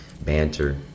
banter